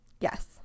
Yes